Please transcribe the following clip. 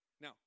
Now